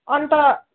अन्त